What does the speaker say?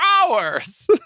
hours